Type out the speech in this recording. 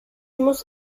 muss